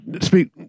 Speak